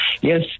Yes